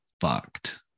fucked